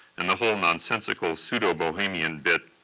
and the whole nonsensical, pseudo-bohemian bit,